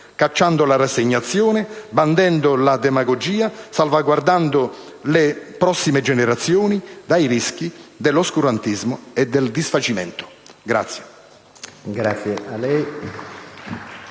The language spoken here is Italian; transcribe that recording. cacciando la rassegnazione, bandendo la demagogia, salvaguardando le prossime generazioni dai rischi dell'oscurantismo e del disfacimento.